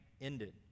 ended